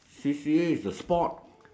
Cecelia is a spot